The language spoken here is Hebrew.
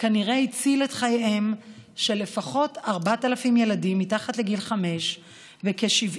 כנראה הציל את חייהם של לפחות 4,000 ילדים מתחת לגיל 5 וכ-73,000